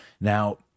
Now